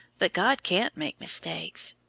but god can't make mistakes.